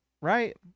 right